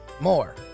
more